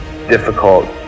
difficult